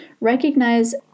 Recognize